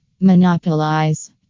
Monopolize